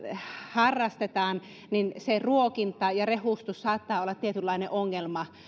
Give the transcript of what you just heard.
harrastetaan niin se ruokinta ja rehustus saattaa olla tietynlainen ongelma